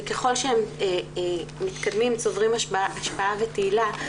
וככל שמתקדמים צוברים השפעה ותהילה,